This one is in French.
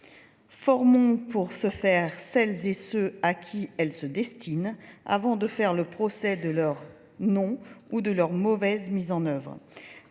Formons pour se faire celles et ceux à qui elles se destinent avant de faire le procès de leur non ou de leur mauvaise mise en œuvre.